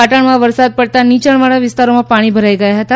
પાટણમાં વરસાદ પડતા નીચાણવાળા વિસ્તારોમાં પાણી ભરાઈ ગયા હતા